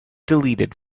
deleted